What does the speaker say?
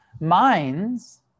minds